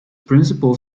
principal